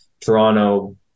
Toronto